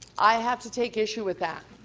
i have to take issue with that.